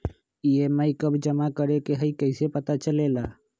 EMI कव जमा करेके हई कैसे पता चलेला?